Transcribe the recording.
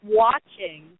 watching